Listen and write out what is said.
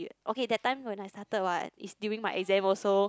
okay that time when I started what is during my exam also